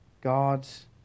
God's